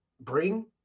bring